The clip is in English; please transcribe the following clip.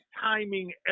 timing